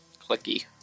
clicky